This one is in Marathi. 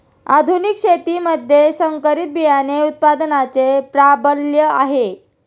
आधुनिक शेतीमध्ये संकरित बियाणे उत्पादनाचे प्राबल्य आहे